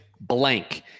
blank